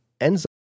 enzymes